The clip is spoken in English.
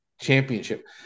championship